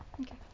Okay